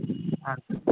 ಹಾಂ ಸರ್